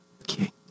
Okay